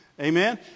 Amen